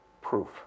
proof